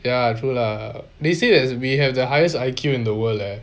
ya true lah they say that we have the highest I_Q in the world lah